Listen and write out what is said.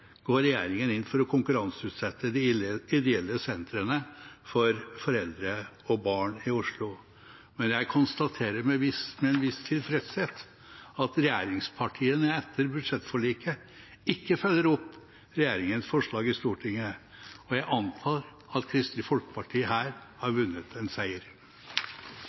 går regjeringen inn for å konkurranseutsette de ideelle sentrene for foreldre og barn i Oslo. Men jeg konstaterer med en viss tilfredshet at regjeringspartiene etter budsjettforliket ikke følger opp regjeringens forslag i Stortinget, og jeg antar at Kristelig Folkeparti her har vunnet en seier.